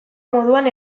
moduan